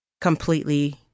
completely